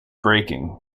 breaking